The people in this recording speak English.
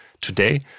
Today